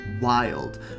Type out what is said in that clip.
wild